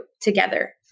together